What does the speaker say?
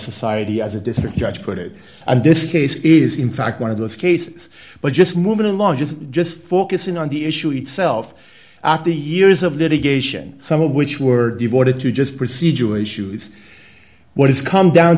society as a district judge put it and this case is in fact one of those cases but just moving along just focusing on the issue itself the years of litigation some of which were devoted to just procedural issues what it's come down